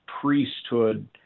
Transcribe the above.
priesthood